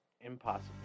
impossible